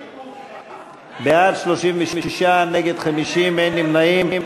בעד, 36, נגד, 50, אין נמנעים.